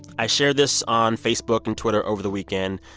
i shared this on facebook and twitter over the weekend,